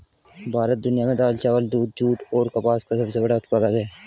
भारत दुनिया में दाल, चावल, दूध, जूट और कपास का सबसे बड़ा उत्पादक है